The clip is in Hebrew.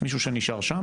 מישהו שנשאר שם,